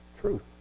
truth